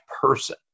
person